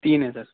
تین ہیں سر